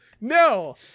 no